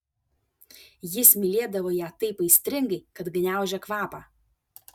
jis mylėdavo ją taip aistringai kad gniaužė kvapą